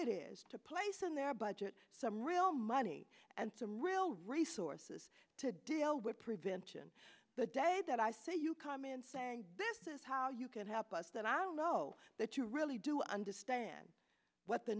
it is to place in their budget some real money and some real resources to deal with prevention the day that i say you come in saying this is how you can help us that i don't know that you really do understand what the